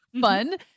fun